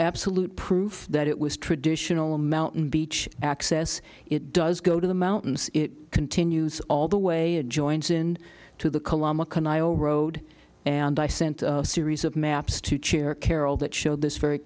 absolute proof that it was traditional mountain beach access it does go to the mountains it continues all the way and joins in to the kilometer or road and i sent a series of maps to cheer carroll that showed this very